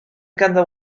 ganddo